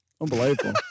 Unbelievable